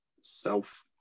self